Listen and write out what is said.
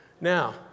Now